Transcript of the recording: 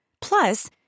Plus